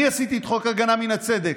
אני עשיתי את חוק הגנה מן הצדק,